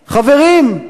חברים,